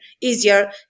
easier